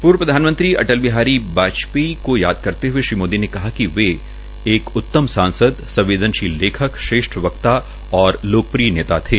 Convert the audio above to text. पूर्व प्रधानमंत्री स्वर्गीय अटल वाजपेयी को याद करते हए श्री मोदी ने कहा कि वे एक उत्तम सांसद संवदेनशील लेखक श्रेष्ठ वक्ता व लोकप्रिय नेता थे